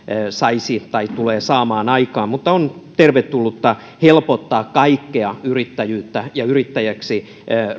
tulee saamaan aikaan mutta on tervetullutta helpottaa kaikkea yrittäjyyttä ja yrittäjäksi